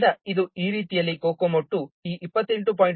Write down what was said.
ಆದ್ದರಿಂದ ಇದು ಈ ರೀತಿಯಲ್ಲಿ COCOMO II ಈ 28